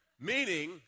Meaning